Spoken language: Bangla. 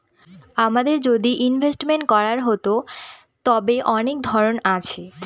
আমাদের যদি ইনভেস্টমেন্ট করার হতো, তবে অনেক ধরন আছে